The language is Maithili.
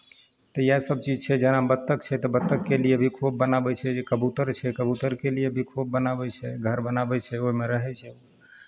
तऽ इएह सभचीज छै जेना बत्तख छै तऽ बत्तखके लिए भी खोप बनाबै छै जे कबूतर छै कबूतरके लिए भी खोप बनाबै छै घर बनाबै छै ओहिमे रहै छै